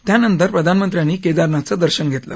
त्यानंतर प्रधानमंत्र्यांनी केदारनाथाचं दर्शन घेतलं